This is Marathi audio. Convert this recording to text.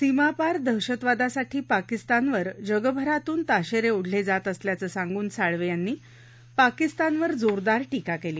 सीमापार दहशतवादासाठी पाकिस्तानवर जगभरातून ताशेरे ओढले जात असल्याचं सांगून साळवे यांनी पाकिस्तानवर जोरदार टीका केली